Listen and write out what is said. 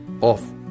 off